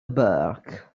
burke